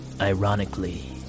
Ironically